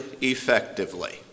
effectively